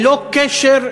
ללא קשר,